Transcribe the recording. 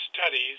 studies